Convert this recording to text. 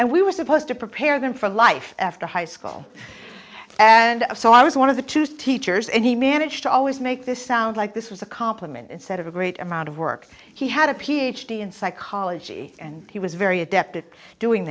and we were supposed to prepare them for life after high school and so i was one of the tos teachers and he managed to always make this sound like this was a complement instead of a great amount of work he had a ph d in psychology and he was very adept at doing